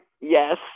Yes